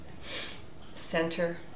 center